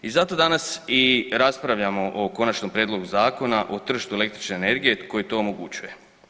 I zato danas i raspravljamo o Konačnom prijedlogu Zakona o tržištu električne energije koji to omogućuje.